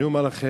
אני אומר לכם,